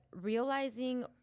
realizing